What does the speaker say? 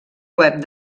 web